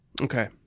Okay